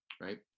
right